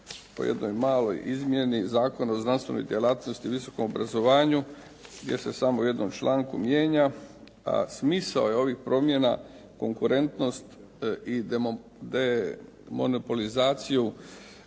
o jednoj maloj izmjeni Zakona o znanstvenoj djelatnosti i visokom obrazovanju gdje se samo u jednom članku mijenja, a smisao je ovih promjena konkurentnost i demonopolizaciju